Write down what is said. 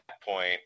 point